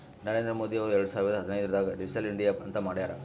ನರೇಂದ್ರ ಮೋದಿ ಅವ್ರು ಎರಡು ಸಾವಿರದ ಹದಿನೈದುರ್ನಾಗ್ ಡಿಜಿಟಲ್ ಇಂಡಿಯಾ ಅಂತ್ ಮಾಡ್ಯಾರ್